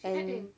and